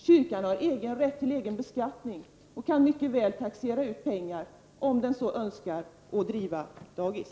Kyrkan har rätt till egen beskattning och kan mycket väl taxera ut pengar om den så önskar för att driva dagis.